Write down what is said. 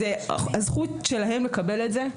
זו הזכות שלהם לקבל את זה.